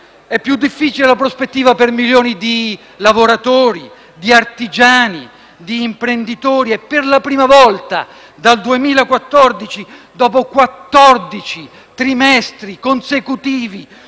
e più difficile è la prospettiva per milioni di lavoratori, di artigiani, di imprenditori e per la prima volta dal 2014, dopo quattordici trimestri consecutivi